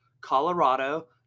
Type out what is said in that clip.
colorado